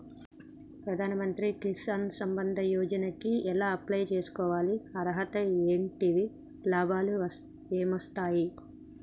ప్రధాన మంత్రి కిసాన్ సంపద యోజన కి ఎలా అప్లయ్ చేసుకోవాలి? అర్హతలు ఏంటివి? లాభాలు ఏమొస్తాయి?